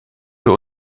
für